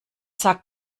sag